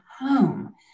home